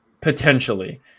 Potentially